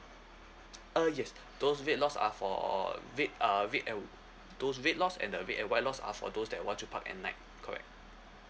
uh yes those red lots are for red uh red and those red lots and the red and white lots are for those that want to park at night correct